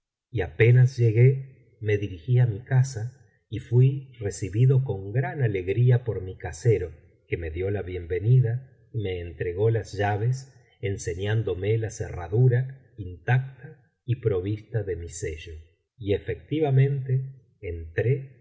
y apenas llegué me dirigí á mi casa y fui recibido con gran alegría por mi casero que me dio la bienvenida y me entregó las llaves enseñándome la cerradura intacta y provista de mi sello y efectivamente entré y